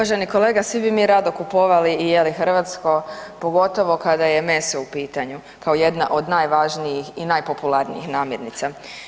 Uvaženi kolega, svi bi mi rado kupovali i jeli hrvatsko, pogotovo kada je meso u pitanju kao jedna od najvažnijih i najpopularnijih namirnica.